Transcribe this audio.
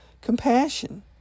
compassion